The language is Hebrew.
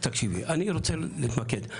אני רוצה להתמקד.